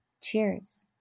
Cheers